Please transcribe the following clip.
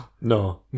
No